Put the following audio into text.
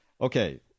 okay